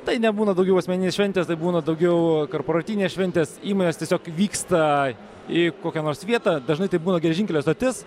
tai nebūna daugiau asmeninės šventės tai būna daugiau karporatynės šventės įmonės tiesiog vyksta į kokią nors vietą dažnai tai būna geležinkelio stotis